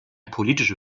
politische